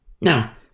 Now